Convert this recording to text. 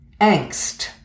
Angst